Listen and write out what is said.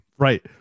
Right